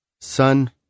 son